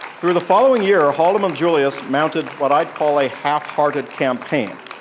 through the following year, ah haldleman-julius mounted what i'd call a half-hearted campaign,